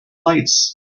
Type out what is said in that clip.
lights